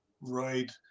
Right